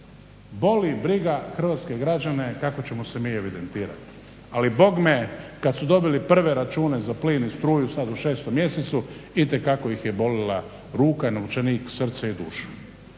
Boli briga hrvatske građane kako ćemo se mi evidentirati, ali bogme kad su dobili prve račune za plin i struju sad u šestom mjesecu itekako ih je bolila ruka, novčanik, srce i duša.